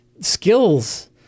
skills